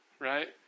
Right